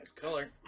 color